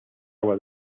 agua